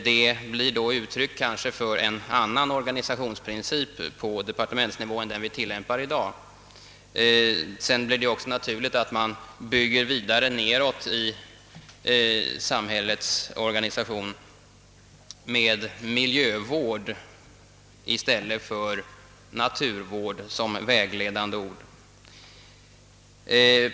Den blir då kanske ett uttryck för en annan organisationsprincip på departementsnivå än den vi tillämpar i dag. Sedan blir det också naturligt att man bygger vidare nedåt i samhällets organisation med miljövård i stället för naturvård som vägledande ord.